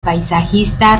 paisajista